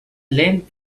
lent